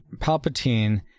Palpatine